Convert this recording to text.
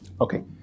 Okay